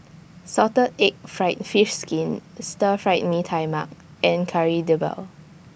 Salted Egg Fried Fish Skin Stir Fried Mee Tai Mak and Kari Debal